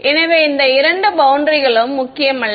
எனவே இந்த இரண்டு பௌண்டரிகளும் முக்கியமல்ல